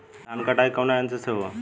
धान क कटाई कउना यंत्र से हो?